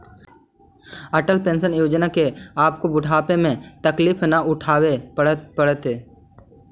Atal pension योजना से आपको बुढ़ापे में तकलीफ न उठावे पड़तई